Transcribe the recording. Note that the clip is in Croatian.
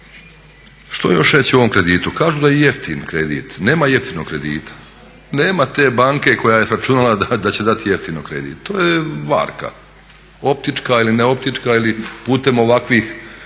Što još reći o ovom kreditu? Kažu da je jeftin kredit. Nema jeftinog kredita, nema te banke koja je sračunala da će dati jeftino kredit, to je varka, optička ili neoptička ili putem ovakvih